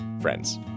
friends